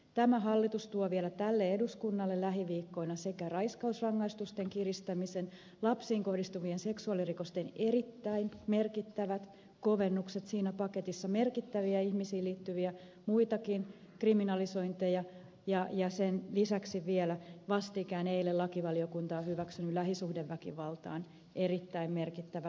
tämä hallitus tuo vielä tälle eduskunnalle lähiviikkoina raiskausrangaistusten kiristämisen lapsiin kohdistuvien seksuaalirikosten erittäin merkittävät kovennukset siinä paketissa merkittäviä ihmisiin liittyviä muitakin kriminalisointeja ja sen lisäksi vielä vastikään eilen lakivaliokunta on hyväksynyt lähisuhdeväkivaltaan erittäin merkittävän laajennuksen